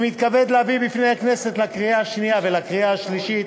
אני מתכבד להביא בפני הכנסת לקריאה השנייה ולקריאה השלישית